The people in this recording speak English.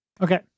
okay